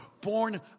Born